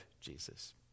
Jesus